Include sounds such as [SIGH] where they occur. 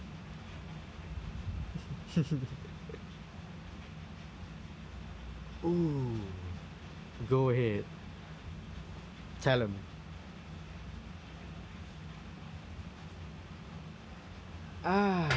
[LAUGHS] oh go ahead tell em ah